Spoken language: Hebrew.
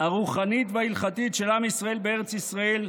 הרוחנית וההלכתית של עם ישראל בארץ ישראל,